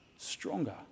Stronger